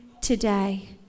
today